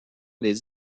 les